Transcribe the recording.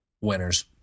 winners